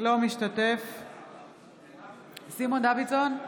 אינו משתתף בהצבעה סימון דוידסון,